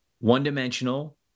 one-dimensional